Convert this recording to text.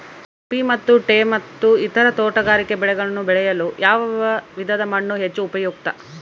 Coffee ಮತ್ತು tea ಮತ್ತು ಇತರ ತೋಟಗಾರಿಕೆ ಬೆಳೆಗಳನ್ನು ಬೆಳೆಯಲು ಯಾವ ವಿಧದ ಮಣ್ಣು ಹೆಚ್ಚು ಉಪಯುಕ್ತ?